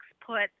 put